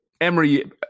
Emery –